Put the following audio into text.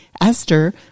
Esther